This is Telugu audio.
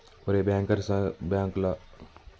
ఒరేయ్ బ్యాంకర్స్ బాంక్ లని రిజర్వ్ బాంకులని అంటారు